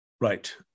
right